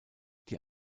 die